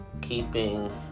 keeping